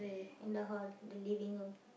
in the hall the living room